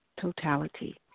totality